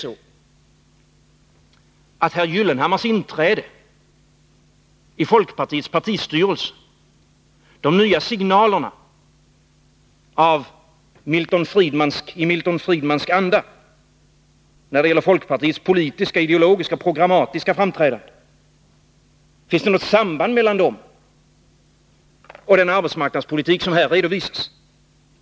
Har herr Gyllenhammars inträde i folkpartiets partistyrelse och de nya signalerna i Milton Friedmans anda när det gäller folkpartiets politiska, ideologiska och programmatiska framträdande något samband med den arbetsmarknadspolitik som här redovisas?